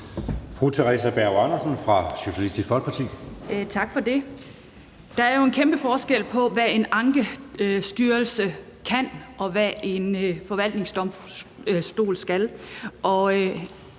Theresa Berg Andersen (SF): Tak for det. Der er jo en kæmpe forskel på, hvad en ankestyrelse kan, og hvad en forvaltningsdomstol skal